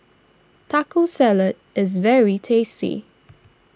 Taco Salad is very tasty